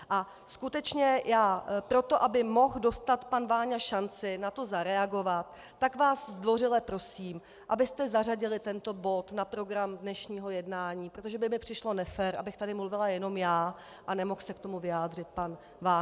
A skutečně já proto, abych mohl dostat pan Váňa šanci na to zareagovat, tak vás zdvořile prosím, abyste zařadili tento bod na program dnešního jednání, protože by mi přišlo nefér, abych tady mluvila jenom já a nemohl se k tomu vyjádřit pan Váňa.